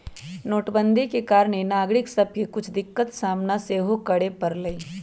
नोटबन्दि के कारणे नागरिक सभके के कुछ दिक्कत सामना सेहो करए परलइ